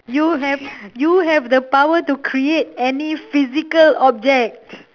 you have you have the power to create any physical object